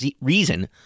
reason